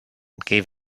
gave